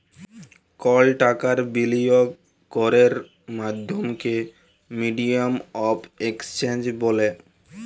call টাকার বিলিয়গ ক্যরের মাধ্যমকে মিডিয়াম অফ এক্সচেঞ্জ ব্যলে